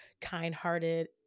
kind-hearted